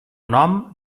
nom